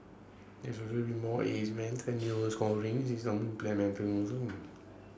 there will be more age bands A new scoring system implemented although